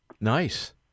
Nice